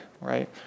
right